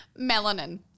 Melanin